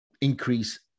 increase